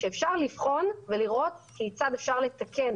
שאפשר לבחון ולראות כיצד אפשר לתקן